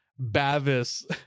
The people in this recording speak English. Bavis